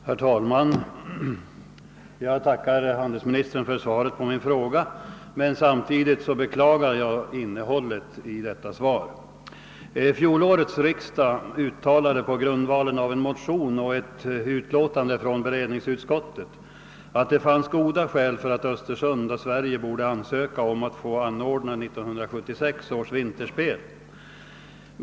Herr talman! Jag tackar handelsministern för svaret på min fråga, samtidigt som jag beklagar innehållet i svaret. Fjolårets riksdag uttalade på grundval av en motion och ett utlåtande från beredningsutskottet att det fanns goda skäl för att Östersund och Sverige borde ansöka om att få anordna 1976 års vinterspel.